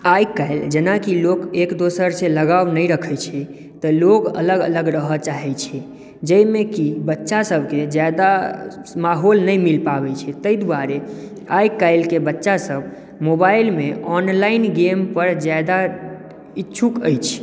आइ काल्हि जेनाकि लोक एक दोसरसँ लगाव नहि रखै छै तऽ लोक अलग अलग रहय चाहै छै जाहिमे कि बच्चा सभकेँ जादा माहौल नहि मिल पाबै छै ताहि दुआरे आइ काल्हिके बच्चा सभ मोबाइल मे ऑनलाइन गेम पर जादा इच्छुक अछि